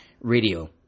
radio